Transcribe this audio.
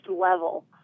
level